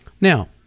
Now